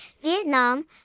vietnam